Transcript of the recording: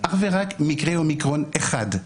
יש לנו אך ורק מקרה אומיקרון אחד.